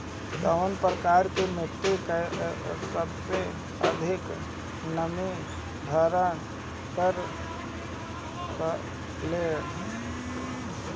कौन प्रकार की मिट्टी सबसे अधिक नमी धारण कर सकेला?